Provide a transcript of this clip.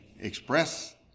express